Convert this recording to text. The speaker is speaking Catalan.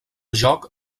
joc